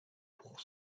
pour